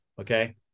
Okay